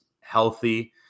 healthy